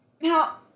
Now